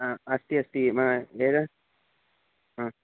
आ अस्ति अस्ति मा एतत् हा